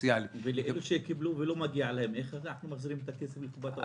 ולאלה שקיבלו ולא מגיע להם איך אנחנו מחזירים את הכסף לקופת המדינה?